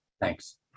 Thanks